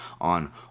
on